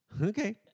Okay